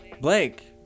blake